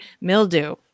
mildew